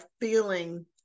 feeling